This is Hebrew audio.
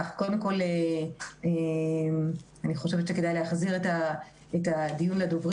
קודם כול אני חושבת שכדאי להחזיר את הדיון לדוברים